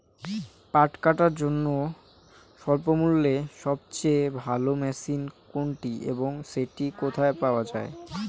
পাট কাটার জন্য স্বল্পমূল্যে সবচেয়ে ভালো মেশিন কোনটি এবং সেটি কোথায় পাওয়া য়ায়?